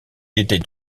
était